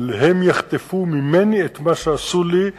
אבל הם יחטפו ממני את מה שעשו לי,